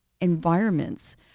environments